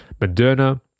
Moderna